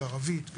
ערבית,